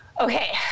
Okay